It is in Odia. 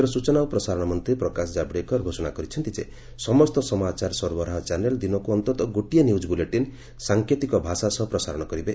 କେନ୍ଦ୍ର ସୂଚନା ଓ ପ୍ରସାରଣ ମନ୍ତୀ ପ୍ରକାଶ ଜାବଡେକର ଘୋଷଣା କରିଛନ୍ତି ଯେ ସମସ୍ତ ସମାଚାର ସରବରାହ ଚ୍ୟାନେଲ୍ ଦିନକୁ ଅନ୍ତତଃ ଗୋଟିଏ ନ୍ୟୁ ଭାଷା ସହ ପ୍ରସାରଣ କରିବେ